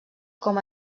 com